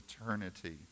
eternity